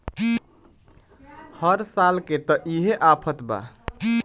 हर साल के त इहे आफत बा